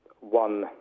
one